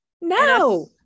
no